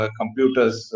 computers